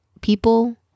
people